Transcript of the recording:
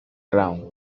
crown